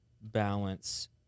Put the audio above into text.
balance